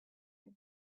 idea